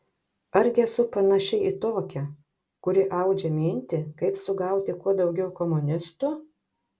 argi esu panaši į tokią kuri audžia mintį kaip sugauti kuo daugiau komunistų